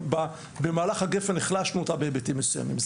ובמהלך של גפ"ן החלשנו אותה בהיבטים מסוימים.